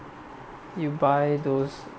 you buy those